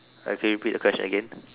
okay can you repeat the question again